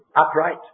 upright